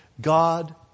God